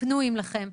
פנויים לכם,